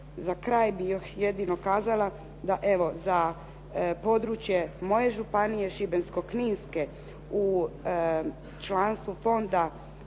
Za kraj bih još jedino kazala da evo, za područje moje Županije šibensko-kninske u članstvu fonda